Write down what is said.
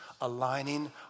aligning